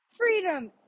Freedom